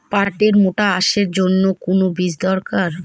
পাটের মোটা আঁশের জন্য কোন বীজ দরকার?